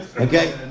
okay